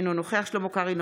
אינו נוכח שלמה קרעי,